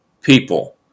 people